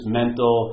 mental